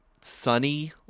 sunny